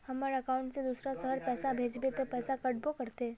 हमर अकाउंट से दूसरा शहर पैसा भेजबे ते पैसा कटबो करते?